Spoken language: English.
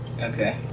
Okay